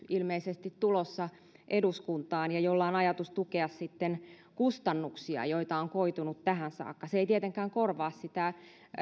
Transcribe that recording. ilmeisesti tulossa eduskuntaan ja jolla on ajatus tukea sitten kustannuksia joita on koitunut tähän saakka se ei tietenkään korvaa sitä